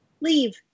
leave